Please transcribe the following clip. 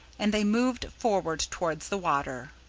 and they moved forward towards the water.